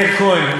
מאיר כהן?